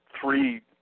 three